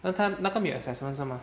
那他那个没有 assessment 是吗